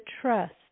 trust